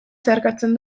zeharkatzen